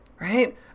right